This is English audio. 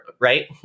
Right